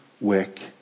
wick